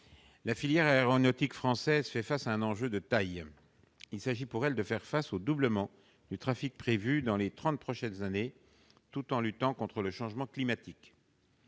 La filière aéronautique française est confrontée à un enjeu de taille : faire face au doublement du trafic prévu dans les trente prochaines années, tout en luttant contre le changement climatique.